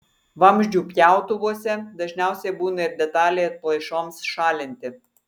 vamzdžių pjautuvuose dažniausiai būna ir detalė atplaišoms šalinti